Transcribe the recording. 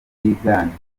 biganje